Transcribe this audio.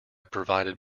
provided